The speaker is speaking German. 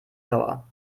lauer